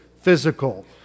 physical